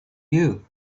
you